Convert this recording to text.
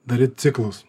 daryt ciklus